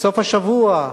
בסוף השבוע,